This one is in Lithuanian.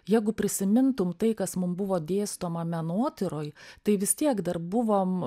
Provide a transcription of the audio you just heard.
jeigu prisimintum tai kas mum buvo dėstoma menotyroj tai vis tiek dar buvom